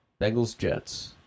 Bengals-Jets